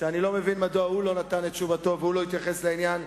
ואני לא מבין מדוע הוא לא נתן את תשובתו ולא התייחס לעניין,